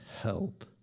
help